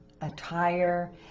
attire